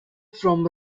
from